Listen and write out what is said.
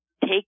take